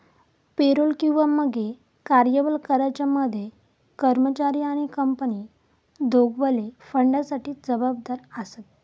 payroll किंवा मगे कर्यबल कराच्या मध्ये कर्मचारी आणि कंपनी दोघवले फंडासाठी जबाबदार आसत